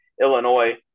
Illinois